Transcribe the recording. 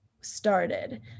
started